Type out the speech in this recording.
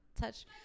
touch